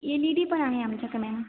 L E D पण आहे आमच्याकडं मॅम